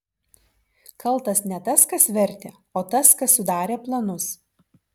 kaltas ne tas kas vertė o tas kas sudarė planus